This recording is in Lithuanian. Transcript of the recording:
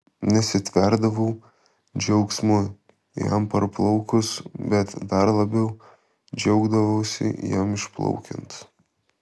nesitverdavau džiaugsmu jam parplaukus bet dar labiau džiaugdavausi jam išplaukiant